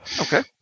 Okay